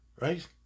right